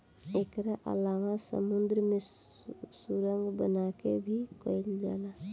एकरा अलावा समुंद्र में सुरंग बना के भी कईल जाला